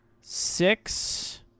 Six